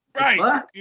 Right